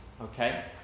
okay